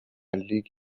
لیگ